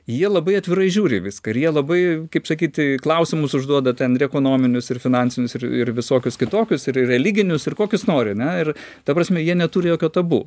jie labai atvirai žiūri į viską ir jie labai kaip sakyti klausimus užduoda ten ir ekonominius ir finansinius ir ir visokius kitokius ir religinius ir kokius nori ne ir ta prasme jie neturi jokio tabu